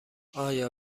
آیا